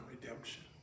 redemption